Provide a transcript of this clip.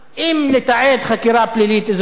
אם לתעד חקירה פלילית אזרחית,